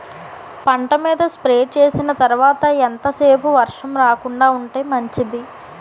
పంట మీద స్ప్రే చేసిన తర్వాత ఎంత సేపు వర్షం రాకుండ ఉంటే మంచిది?